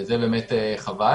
וזה באמת חבל,